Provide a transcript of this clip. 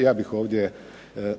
Ja bih ovdje